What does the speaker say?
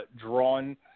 drawn